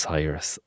Cyrus